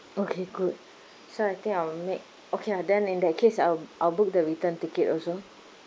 okay good so I think I'll make okay ah then in that case I'll I'll book the return ticket also